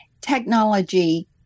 technology